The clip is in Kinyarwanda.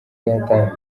yatangije